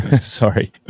Sorry